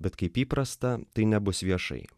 bet kaip įprasta tai nebus viešai